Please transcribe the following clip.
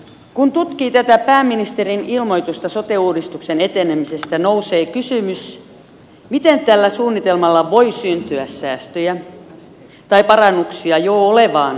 kun tutkii tätä pääministerin ilmoitusta sote uudistuksen etenemisestä nousee kysymys miten tällä suunnitelmalla voi syntyä säästöjä tai parannuksia jo olevaan terveyspalvelurakenteeseen